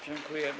Dziękuję.